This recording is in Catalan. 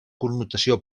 connotació